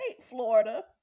Florida